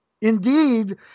Indeed